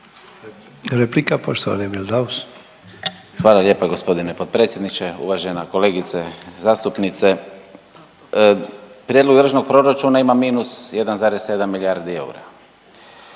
**Daus, Emil (IDS)** Hvala lijepa gospodine potpredsjedniče. Uvažena kolegice zastupnice, prijedlog Državnog proračuna ima minus 1,7 milijardi eura